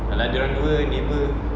!alah! dorang dua neighbour